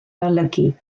olygu